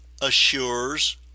assures